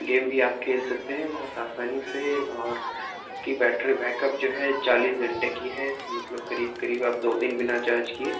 game بھی آپ کھیل سکتے ہیں بہت آسانی سے اور اس کی بیٹری بیکپ جو ہے چالیس گھنٹے کی ہے مطلب قریب قریب آپ دو دن بنا چارج کیے